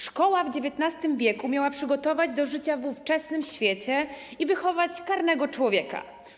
Szkoła w XIX w. miała przygotować do życia w ówczesnym świecie i wychować karnego człowieka.